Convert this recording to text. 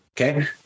Okay